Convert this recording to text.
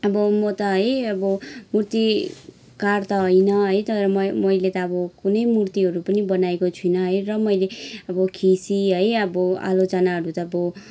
अब म त है अब मुर्तिकार त होइन है तर म मैले त अब कुनै मुर्तिहरू पनि बनाएको छुइनँ है र मैले अब खिसी है अब आलोचनाहरू त अब